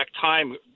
time